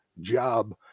job